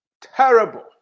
terrible